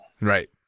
right